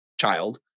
child